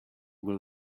will